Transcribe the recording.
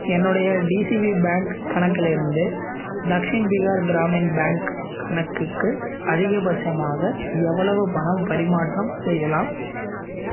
என்னுடைய DCB bank கணக்கில் இருந்து தக்ஷின் பீகார் க்ராமின் பேங்க் கணக்குக்கு அதிகபட்சமாக எவ்வளவு பணம் பரிமாற்றம் செய்யலாம்